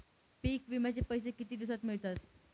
पीक विम्याचे पैसे किती दिवसात मिळतात?